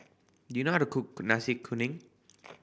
do you know how to cook Nasi Kuning